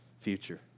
future